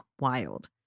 wild